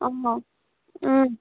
অঁ